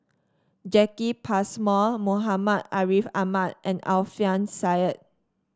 Jacki Passmore Muhammad Ariff Ahmad and Alfian Sa'at